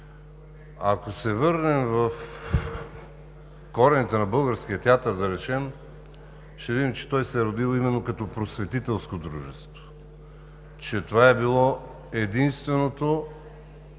Ако се върнем в корените на българския театър, да речем, ще видим, че той се е родил именно като просветителско дружество, че това е било единственото